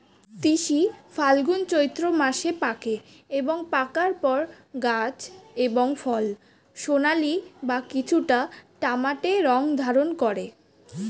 তিসি ফাল্গুন চৈত্র মাসে পাকে এবং পাকার পর গাছ এবং ফল সোনালী বা কিছুটা তামাটে রং ধারণ করে